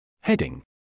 Heading